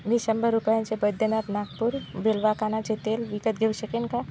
मी शंभर रुपयाचे बैद्यनाथ नागपूर बिल्वा कानाचे तेल विकत घेऊ शकेन का